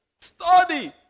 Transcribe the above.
study